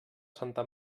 santa